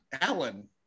Alan